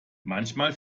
manchmal